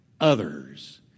others